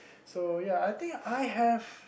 so ya I think I have